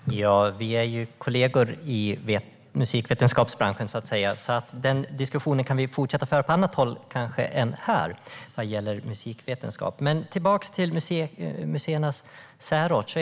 Herr talman! Roland Utbult och jag är ju kollegor i musikvetenskapsbranschen, så att säga, så diskussionen vad gäller musikvetenskap kan vi kanske fortsätta att föra på annat håll. Jag går tillbaka till museernas särart.